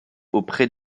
auprès